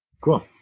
Cool